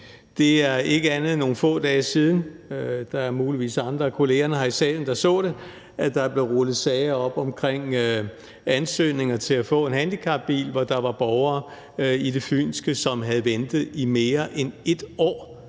Det er ikke andet end nogle få dage siden – der er muligvis andre af kollegerne her i salen, der så det – der blev rullet sager op, der handlede om ansøgninger til at få en handicapbil, og hvor der var borgere i det fynske, som havde ventet i mere end 1 år